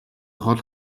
хол